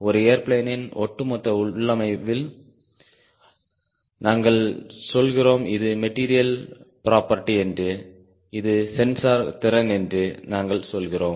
ஒரு ஏர்பிளேனின் ஒட்டுமொத்த உள்ளமைபில் நாங்கள் சொல்கிறோம் இது மெட்டீரியல் புரோபர்டி என்று இது சென்சார் திறன் என்று நாங்கள் சொல்கிறோம்